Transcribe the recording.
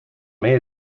may